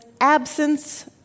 absence